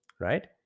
right